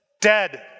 dead